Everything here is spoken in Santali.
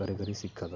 ᱠᱟᱨᱤᱜᱚᱨᱤ ᱥᱤᱠᱠᱷᱟ ᱫᱚ